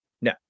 No